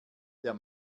der